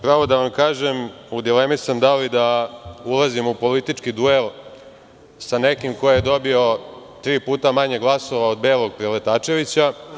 Pravo da vam kažem, u dilemi sam da li da ulazim u politički duel sa nekim ko je dobio tri puta manje glasova od Belog Preletačevića.